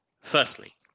Firstly